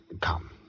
come